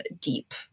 deep